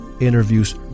interviews